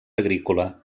agrícola